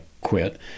quit